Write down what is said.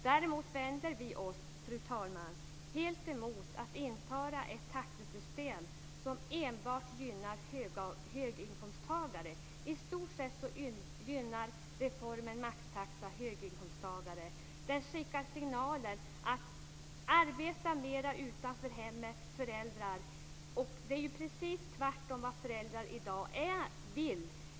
Däremot vänder vi oss helt emot att införa ett taxesystem som enbart gynnar höginkomsttagare. I stort sett gynnar reformen med maxtaxa höginkomsttagare. Den skickar signaler om att föräldrarna ska arbeta mer utanför hemmet. Det är ju precis tvärtemot vad föräldrar i dag vill!